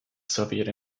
soviet